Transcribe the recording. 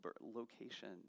location